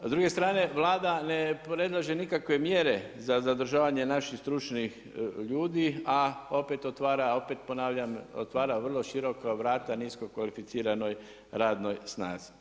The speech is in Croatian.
S druge strane Vlada ne predlaže nikakve mjere za zadržavanje naših stručnih ljudi a opet otvara, opet ponavljam otvara vrlo široka vrata nisko kvalificiranoj radnoj snazi.